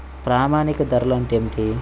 ప్రామాణిక ధరలు అంటే ఏమిటీ?